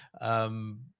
um,